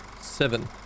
Seven